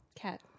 cat